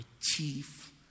chief